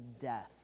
death